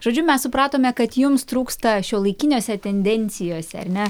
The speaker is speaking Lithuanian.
žodžiu mes supratome kad jums trūksta šiuolaikinėse tendencijose ar ne